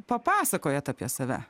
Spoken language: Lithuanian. papasakojot apie save